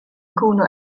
nkunu